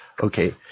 Okay